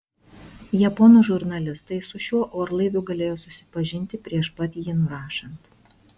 japonų žurnalistai su šiuo orlaiviu galėjo susipažinti prieš pat jį nurašant